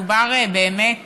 מדובר באמת